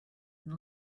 and